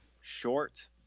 short